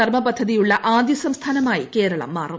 കർമ്മ പദ്ധതിയുള്ള ആദ്യ സംസ്ഥാനമായി കേരളം മാറും